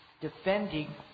defending